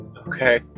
okay